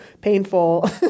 painful